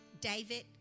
David